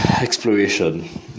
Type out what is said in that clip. exploration